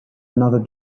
another